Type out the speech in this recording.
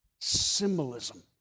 Symbolism